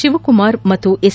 ಶಿವಕುಮಾರ್ ಮತ್ತು ಎಸ್